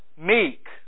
meek